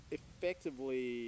effectively